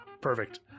perfect